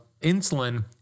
insulin